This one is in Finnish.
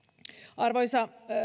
arvoisa